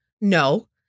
No